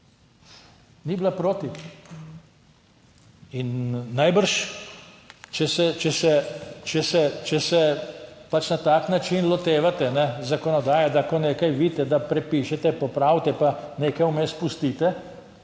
ni bila proti. In najbrž, če se, če se, če se pač na tak način lotevate zakonodaje, da ko nekaj vidite, da prepišete, popravite, pa nekaj vmes pustite,